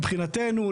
מבחינתנו,